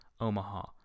Omaha